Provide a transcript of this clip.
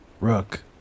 Rook